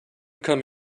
come